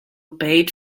paid